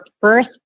first